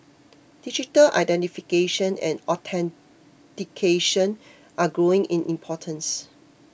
digital identification and authentication are growing in importance